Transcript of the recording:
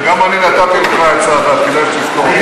וגם אני נתתי לך עצה אחת, כדאי שתזכור.